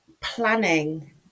planning